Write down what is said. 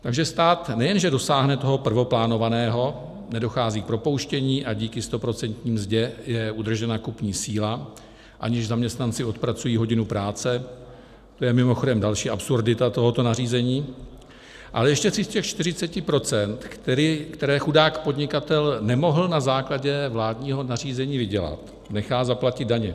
Takže stát nejenže dosáhne toho prvoplánovaného nedochází k propouštění a díky stoprocentní mzdě je udržena kupní síla, aniž zaměstnanci odpracují hodinu práce, to je mimochodem další absurdita tohoto nařízení ale ještě si z těch 40 %, která chudák podnikatel nemohl na základě vládního nařízení vydělat, nechá zaplatit daně.